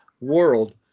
world